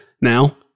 Now